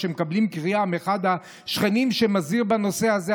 או שמקבלים קריאה מאחד השכנים שמזהיר בנושא הזה,